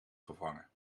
vervangen